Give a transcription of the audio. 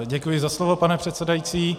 Děkuji za slovo, pane předsedající.